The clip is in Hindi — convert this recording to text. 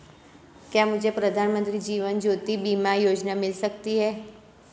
क्या मुझे प्रधानमंत्री जीवन ज्योति बीमा योजना मिल सकती है?